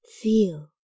feel